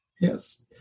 Yes